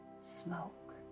smoke